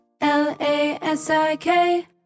L-A-S-I-K